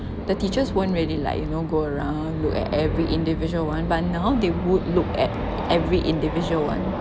the teachers won't really like you know go around look at every individual one but now they would look at every individual one